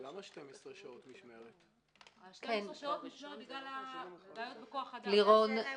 12 שעות המשמרת זה בגלל בעיות בכוח אדם.